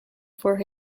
for